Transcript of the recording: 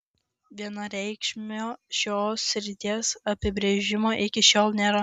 vienareikšmio šios srities apibrėžimo iki šiol nėra